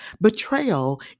Betrayal